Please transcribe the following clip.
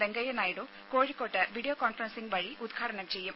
വെങ്കയ്യനായിഡു കോഴിക്കോട്ട് video conferencing വഴി ഉദ്ഘാടനം ചെയ്യും